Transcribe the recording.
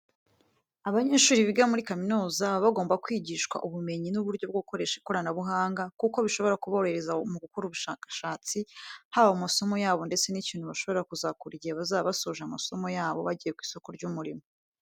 Abanyeshuri biga muri kaminuza baba bagomba kwigishwa ubumenyi n'uburyo bwo gukoresha ikoranabuhanga kuko bishobora kuborohereza mu gukora ubushakashatsi, haba mu masomo yabo ndetse n'ikintu bashobora kuzakora igihe bazaba basoje amasomo yabo bagiye ku isoko ry'umurimo.